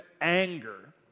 anger